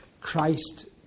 Christ